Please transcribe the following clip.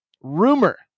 rumor